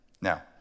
now